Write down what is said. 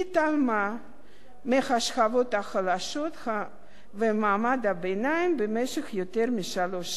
מהשכבות החלשות וממעמד הביניים במשך יותר משלוש שנים,